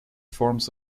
forms